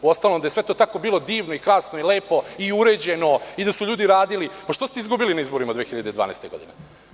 Uostalom da je sve to tako bilo divno, krasno i lepo, i uređeno, i da su ljudi radili, pa što ste izgubili na izborima 2012. godine?